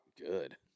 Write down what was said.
good